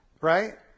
right